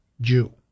Jew